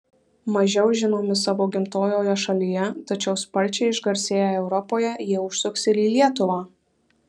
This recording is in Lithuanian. mažiau žinomi savo gimtojoje šalyje tačiau sparčiai išgarsėję europoje jie užsuks ir į lietuvą